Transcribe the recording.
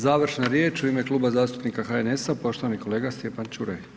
Završna riječ u ime Kluba zastupnika HNS-a poštovani kolega Stjepan Čuraj.